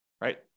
right